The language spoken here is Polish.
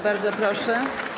Bardzo proszę.